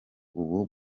ubu